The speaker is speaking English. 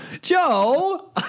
Joe